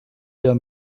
der